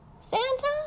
Santa